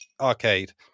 arcade